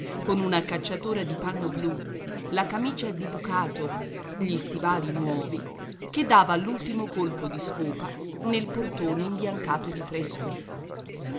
con una cacciatora di panno blù la camicia di bucato gli stivali nuovi che dava l'ultimo colpo di scopa nel portone imbiancato di fresco